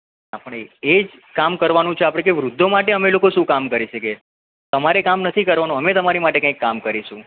આપણે એ જ કામ કરવાનું છે આપણે કે વૃદ્ધો માટે અમે લોકો શું કામ કરી શકીએ તમારે કામ નથી કરવાનું અમે તમારી માટે કંઈક કામ કરીશું